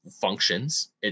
functions